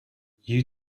you